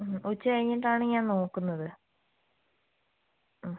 മ് ഉച്ച കഴിഞ്ഞിട്ടാണ് ഞാൻ നോക്കുന്നത് ആ